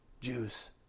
Jews